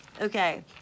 Okay